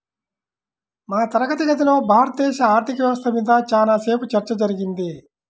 మా తరగతి గదిలో భారతదేశ ఆర్ధిక వ్యవస్థ మీద చానా సేపు చర్చ జరిగింది